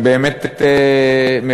אני באמת מברך,